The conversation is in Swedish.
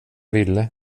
ville